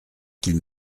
qu’il